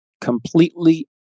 completely